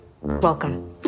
Welcome